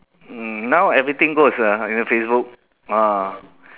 mm now everything goes ah in the Facebook ah